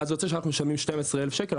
ואז זה יוצא שאנחנו משלמים 12,000 שקלים,